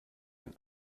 ein